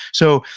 so,